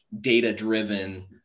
Data-driven